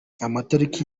amatariki